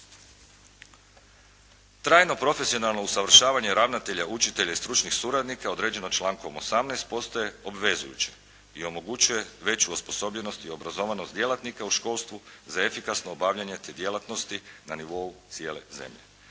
Trajno profesionalno usavršavanje ravnatelja, učitelja i stručnih suradnika određeno člankom 18. postaje obvezujući i omogućuje veću osposobljenost i obrazovanost djelatnika u školstvu za efikasno obavljanje te djelatnosti na nivou cijele zemlje.